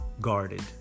guarded